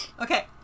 okay